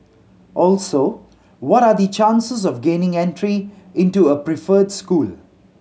also what are the chances of gaining entry into a preferred school